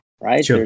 right